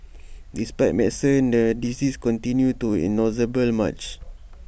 despite medicines the disease continued to its inexorable March